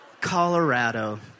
Colorado